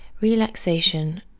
Relaxation